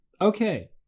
Okay